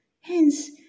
Hence